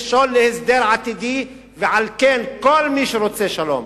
מכשול להסדר עתידי, ועל כן כל מי שרוצה שלום,